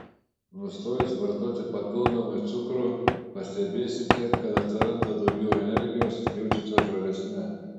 nustojus vartoti papildomai cukrų pastebėsite kad atsiranda daugiau energijos jaučiatės žvalesni